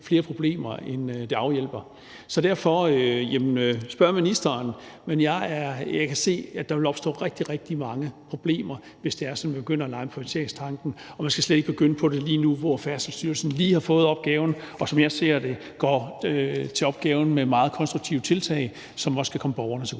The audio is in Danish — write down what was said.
flere problemer, end det afhjælper. Så derfor vil jeg sige: Spørg ministeren. Men jeg kan se, at der vil opstå rigtig, rigtig mange problemer, hvis det er sådan, at vi begynder at lege med prioriteringstanken, og man skal slet ikke begynde på det lige nu, hvor Færdselsstyrelsen lige har fået opgaven og, som jeg ser det, går til opgaven med meget konstruktive tiltag, som også kan komme borgerne